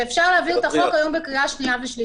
ואפשר להעביר את הצעת החוק היום בקריאה שנייה ושלישית.